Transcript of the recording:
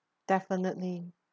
definitely